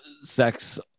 sex